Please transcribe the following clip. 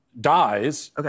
dies